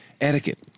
etiquette